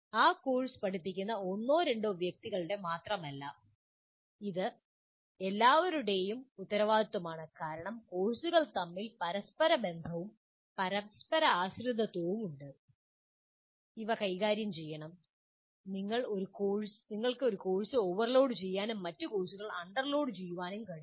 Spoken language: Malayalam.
ആ കോഴ്സ് പഠിപ്പിക്കുന്ന ഒന്നോ രണ്ടോ വ്യക്തികളുടെ മാത്രമല്ല ഇത് എല്ലാവരുടെ ഉത്തരവാദിത്തമാണ് കാരണം കോഴ്സുകൾ തമ്മിൽ പരസ്പര ബന്ധവും പരസ്പരാശ്രിതത്വവും ഉണ്ട് അവ കൈകാര്യം ചെയ്യണം നിങ്ങൾക്ക് ഒരു കോഴ്സ് ഓവർലോഡുചെയ്യാനും മറ്റ് കോഴ്സുകൾ അൺഡർലോഡുചെയ്യാനും കഴിയില്ല